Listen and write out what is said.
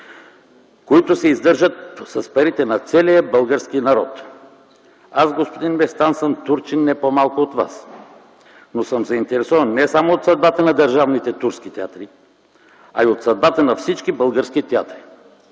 които се издържат с парите на целия български народ? Аз, господин Местан, съм турчин не по-малко от Вас, но съм заинтересован от съдбата не само на държавните турски театри, а и от съдбата на всички български театри,